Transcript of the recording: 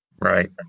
Right